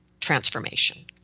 transformation